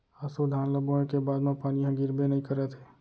ऑसो धान ल बोए के बाद म पानी ह गिरबे नइ करत हे